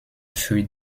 für